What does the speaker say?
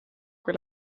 kui